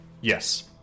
Yes